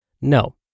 No